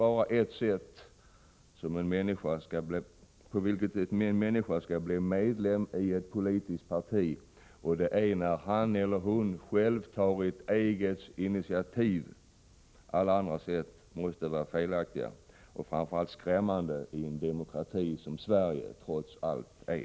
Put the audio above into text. Det finns nämligen bara ett sätt på vilket en människa bör bli medlem i ett politiskt parti, och det är när hon själv tar ett eget initiativ. Alla andra sätt måste vara felaktiga och framför allt skrämmande i en demokrati, som Sverige trots allt är.